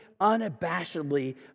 unabashedly